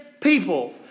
people